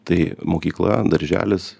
tai mokykla darželis